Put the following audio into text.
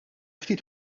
ftit